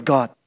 God